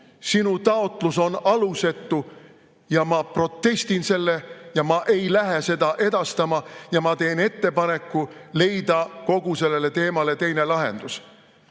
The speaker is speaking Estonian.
sinu taotlus on alusetu, ma protestin, ma ei lähe seda edastama ja ma teen ettepaneku leida kogu sellele teemale teine lahendus."Te